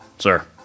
Sir